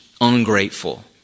ungrateful